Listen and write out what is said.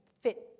fit